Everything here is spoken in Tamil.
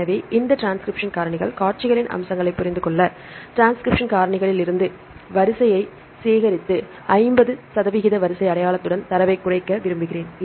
எனவே இந்த டிரான்ஸ்கிரிப்ஷன் காரணிகள் காட்சிகளின் அம்சங்களைப் புரிந்து கொள்ள டிரான்ஸ்கிரிப்ஷன் காரணிகளிலிருந்து வரிசையைச் சேகரித்து 50 சதவீத வரிசை அடையாளத்துடன் தரவைக் குறைக்க விரும்புகிறேன்